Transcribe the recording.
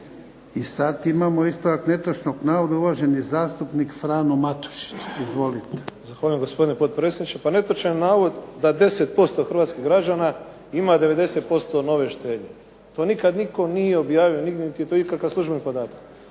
I sad imamo ispravak netočnog navoda, uvaženi zastupnik Frano Matušić. Izvolite. **Matušić, Frano (HDZ)** Hvala gospodine potpredsjedniče. Pa netočan je navod da 10% hrvatskih građana ima 90% nove štednje. To nikad nitko nije objavio nigdje niti je ikakav službeni podatak.